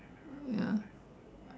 ya